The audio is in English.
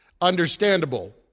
understandable